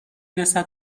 رسد